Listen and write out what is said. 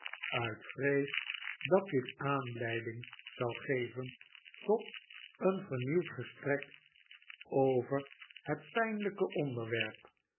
uit vrees dat dit aanleiding zou geven tot een vernieuwd gesprek overlietpijnlijke onder